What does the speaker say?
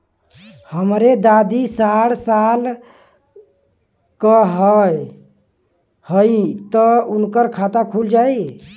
हमरे दादी साढ़ साल क हइ त उनकर खाता खुल जाई?